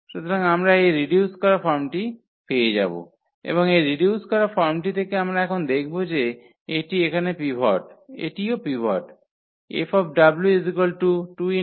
সুতরাং আমরা এই রিডিউস করা ফর্মটি পেয়ে যাব এবং এই রিডিউস করা ফর্মটি থেকে আমরা এখন দেখব যে এটি এখানে পিভট এটিও পিভট